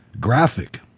graphic